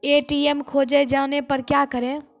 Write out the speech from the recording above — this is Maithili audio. ए.टी.एम खोजे जाने पर क्या करें?